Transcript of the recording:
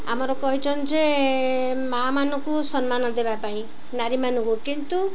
ଆମର କହିଛନ୍ତି ଯେ ମାମାନଙ୍କୁ ସମ୍ମାନ ଦେବା ପାଇଁ ନାରୀମାନଙ୍କୁ କିନ୍ତୁ